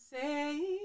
say